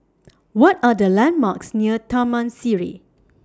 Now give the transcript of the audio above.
What Are The landmarks near Taman Sireh